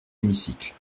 hémicycle